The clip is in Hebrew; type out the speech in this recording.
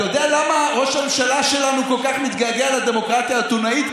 אתה יודע למה ראש הממשלה שלנו כל כך מתגעגע לדמוקרטיה האתונאית?